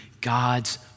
God's